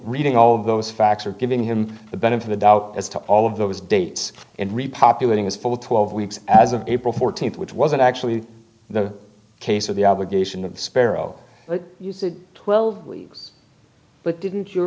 reading all those facts or giving him the benefit of the doubt as to all of those dates and repopulating is full twelve weeks as of april fourteenth which wasn't actually the case of the obligation of the sparrow twelve leagues but didn't your